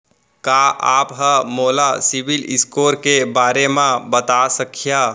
का आप हा मोला सिविल स्कोर के बारे मा बता सकिहा?